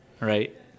Right